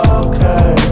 okay